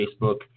Facebook